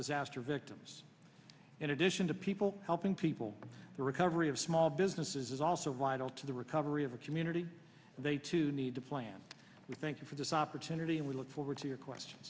disaster victims in addition to people helping people in the recovery of small businesses is also vital to the recovery of the community and they too need to plan we thank you for this opportunity and we look forward to your question